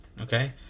Okay